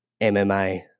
MMA